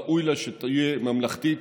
ראוי לה שתהיה ממלכתית,